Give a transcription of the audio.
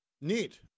neat